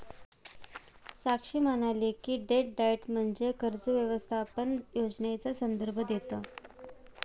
साक्षी म्हणाली की, debt diet म्हणजे कर्ज व्यवस्थापन योजनेचा संदर्भ देतं